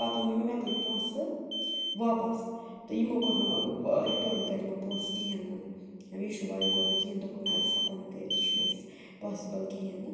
پَتہٕ ووٚن مےٚ یِمو مےٚ کٔرِو پونٛسہٕ واپَس تہٕ یِمو کوٚر نہٕ رِٹٲرٕن کٔرۍ یِمو پونٛسہٕ کِہیٖنۍ نہٕ میٖشو والیو کوٚر نہٕ کِہیٖنۍ دوٚپُکھ نہ أسۍ ہٮ۪کو نہٕ کٔرِتھ یہِ چھُنہٕ اَسہِ پاسِبل کِہیٖنۍ نہٕ